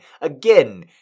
Again